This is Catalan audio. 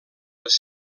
les